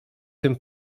tym